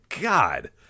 God